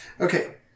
Okay